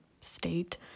state